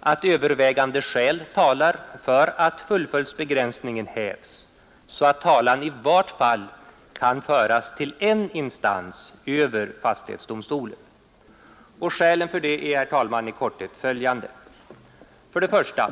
att övervägande skäl talar för att fullföljdsbegränsningen hävs, så att talan i vart fall kan föras till en instans över fastighetsdomstolen. Skälen härtill är, herr talman, i korthet följande: 1.